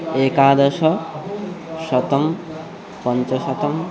एकादश शतं पञ्चशतं